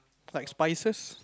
like spices